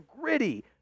gritty